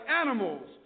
animals